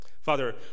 Father